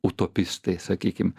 utopistai sakykim